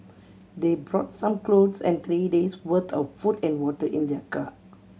they brought some clothes and three days worth of food and water in their car